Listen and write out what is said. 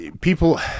people